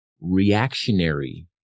reactionary